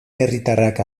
herritarrak